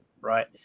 right